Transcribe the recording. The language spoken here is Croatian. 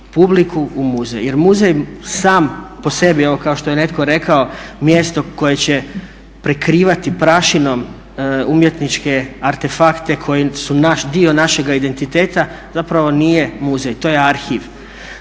publiku u muzej. Jer je muzej sam po sebi evo kao što je netko rekao mjesto koje će prekrivati prašinom umjetničke artefakte koji su dio našega identiteta zapravo nije muzej to je arhiv.